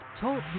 Talk